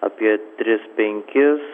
apie tris penkis